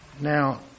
Now